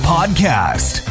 Podcast